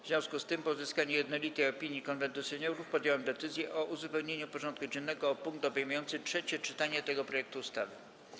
W związku z tym, po uzyskaniu jednolitej opinii Konwentu Seniorów, podjąłem decyzję o uzupełnieniu porządku dziennego o punkt obejmujący trzecie czytanie tego projektu ustawy.